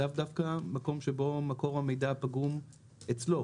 לאו דווקא מקום שבו מקור המידע פגום אצלו.